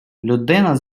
людина